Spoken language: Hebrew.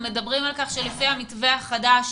הם מדברים על כך שלפי המתווה החדש